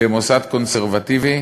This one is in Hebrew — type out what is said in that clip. במוסד קונסרבטיבי,